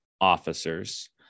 officers